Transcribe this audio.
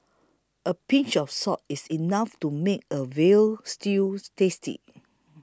a pinch of salt is enough to make a Veal Stews tasty